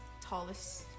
tallest